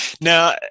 Now